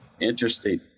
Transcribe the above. Interesting